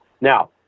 Now